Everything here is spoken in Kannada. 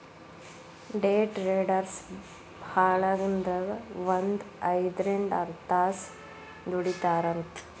ಡೆ ಟ್ರೆಡರ್ಸ್ ಭಾಳಂದ್ರ ಒಂದ್ ಐದ್ರಿಂದ್ ಆರ್ತಾಸ್ ದುಡಿತಾರಂತ್